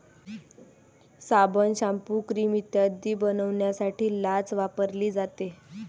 साबण, shampoo, cream इत्यादी बनवण्यासाठी लाच वापरली जाते